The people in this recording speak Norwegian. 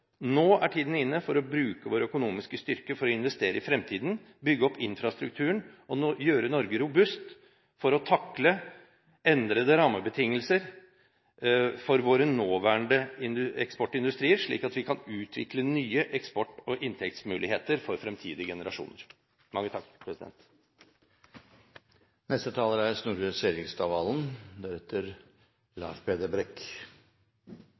Nå er tiden inne for å bruke vår økonomiske styrke for å investere i fremtiden, bygge opp infrastrukturen og gjøre Norge robust for å takle endrede rammebetingelser for våre nåværende eksportindustrier, slik at vi kan utvikle nye eksport- og inntektsmuligheter for fremtidige generasjoner.